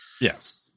yes